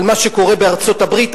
על מה שקורה בארצות-הברית.